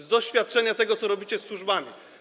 Z doświadczenia, z tego, co robicie ze służbami.